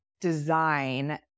design